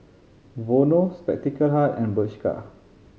Vono Spectacle Hut and Bershka